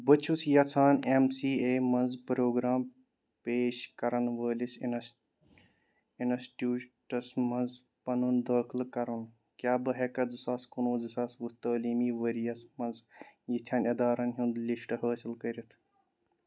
بہٕ چھُس یژھان ایٚم سی اے مَنٛز پرٛوگرام پیش کرن وٲلِس اِنس انسٹیٛوٗٹس مَنٛز پنُن دٲخلہٕ کرُن کیٛاہ بہٕ ہیٚکھا زٕ ساس کُنوُہ زٕ ساس وُہ تعلیٖمی ؤرۍ یَس مَنٛز یِتھٮ۪ن اِدارن ہُنٛد لِسٹ حٲصِل کٔرِتھ